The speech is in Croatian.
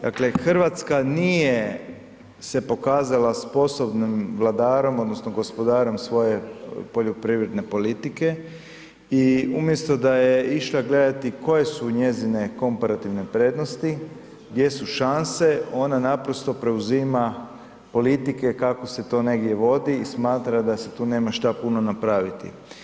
Dakle, RH nije se pokazala sposobnim vladarom odnosno gospodarom svoje poljoprivredne politike i umjesto da je išla gledati koje su njezine komparativne prednosti, gdje su šanse, ona naprosto preuzima politike kako se to negdje vodi i smatra da se tu nema šta puno napraviti.